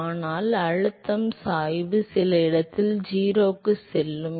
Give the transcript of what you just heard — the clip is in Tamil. அதனால் அழுத்தம் சாய்வு சில இடத்தில் 0 க்கு செல்லும்